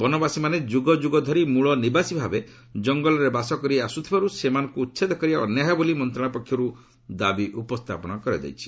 ବନବାସୀମାନେ ଯୁଗ ଯୁଗ ଧରି ମୂଳ ନିବାସୀ ଭାବେ ଜଙ୍ଗଲରେ ବାସ କରିଆସୁଥିବାରୁ ସେମାନଙ୍କୁ ଉଚ୍ଛେଦ କରିବା ଅନ୍ୟାୟ ହେବ ବୋଲି ମନ୍ତ୍ରଣାଳୟ ପକ୍ଷରୁ ଦାବି ଉପସ୍ଥାପନ କରାଯାଇଛି